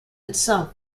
itself